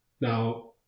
Now